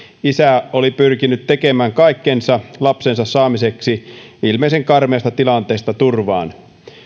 isä oli pyrkinyt tekemään kaikkensa lapsensa saamiseksi ilmeisen karmeasta tilanteesta turvaan